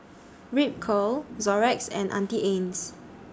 Ripcurl Xorex and Auntie Anne's